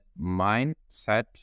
mindset